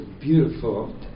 beautiful